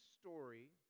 story